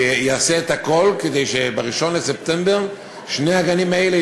ויעשה את הכול כדי שב-1 בספטמבר שני הגנים האלה